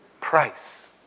price